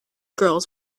girls